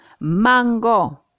Mango